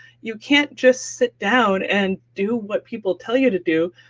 you can't just sit down and do what people tell you to do.